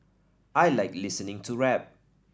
I like listening to rap